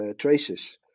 traces